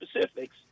specifics